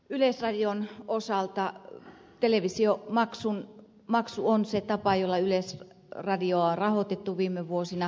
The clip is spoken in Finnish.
yleisradion osalta televisiomaksu on se tapa jolla yleisradiota on rahoitettu viime vuosina